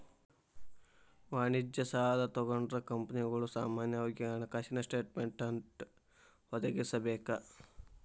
ವಾಣಿಜ್ಯ ಸಾಲಾ ತಗೊಂಡ್ರ ಕಂಪನಿಗಳು ಸಾಮಾನ್ಯವಾಗಿ ಹಣಕಾಸಿನ ಸ್ಟೇಟ್ಮೆನ್ಟ್ ಒದಗಿಸಬೇಕ